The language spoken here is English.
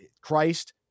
Christ